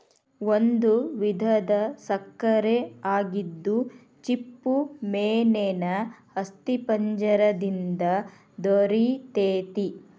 ಒಂದು ವಿಧದ ಸಕ್ಕರೆ ಆಗಿದ್ದು ಚಿಪ್ಪುಮೇನೇನ ಅಸ್ಥಿಪಂಜರ ದಿಂದ ದೊರಿತೆತಿ